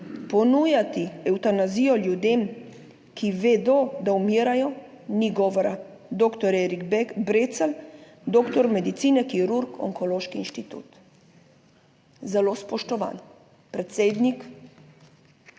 Ponujati evtanazijo ljudem, ki vedo, da umirajo, ni govora. Doktor Erik Brecelj, doktor medicine, kirurg Onkološki inštitut. Zelo spoštovan predsednik